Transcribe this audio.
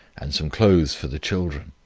and some clothes for the children.